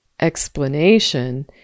explanation